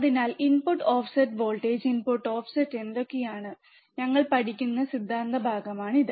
അതിനാൽ input offset voltage input offset എന്തൊക്കെയാണെന്ന് ഞങ്ങൾ പഠിക്കുന്ന സിദ്ധാന്ത ഭാഗമാണിത്